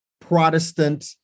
Protestant